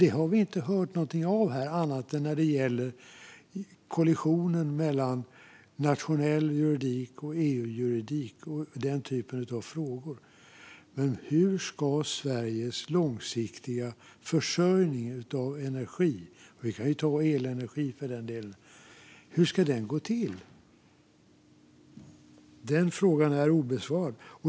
Detta har vi inte hört något om här annat än när det gäller kollisionen mellan nationell juridik och EU-juridik och den typen av frågor. Hur ska Sveriges långsiktiga försörjning av energi och el gå till? Den frågan är obesvarad.